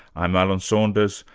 i'm alan saunders,